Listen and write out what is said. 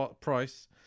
price